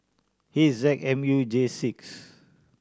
H Z M U J six